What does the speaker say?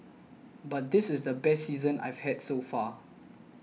but this is the best season I've had so far